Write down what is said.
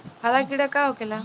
हरा कीड़ा का होखे ला?